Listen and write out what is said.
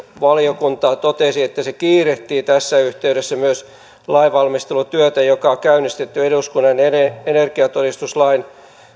valiokunta totesi että se kiirehtii tässä yhteydessä myös lainvalmistelutyötä joka on on käynnistetty energiatodistuslain